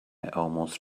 almost